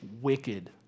wicked